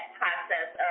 process